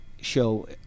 show